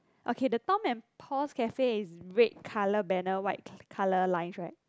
okay the Tom and Paul's cafe is red colour banner white colour line right